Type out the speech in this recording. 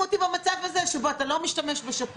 אבל בוא תשים אותי קודם במצב הזה שבו אתה לא משתמש בשב"כ.